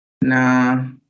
No